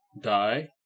die